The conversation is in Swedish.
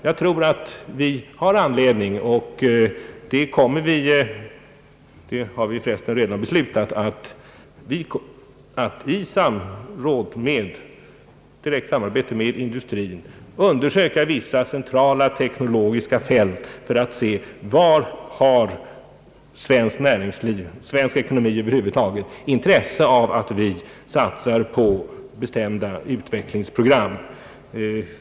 Jag tror att vi har anledning — och vi har förresten redan beslutat om det — att i direkt samarbete med industrin undersöka vissa centrala, teknologiska fält för att se om svenskt näringsliv och svensk ekonomi över huvud taget har intresse av att vi satsar på bestämda utvecklingsprogram.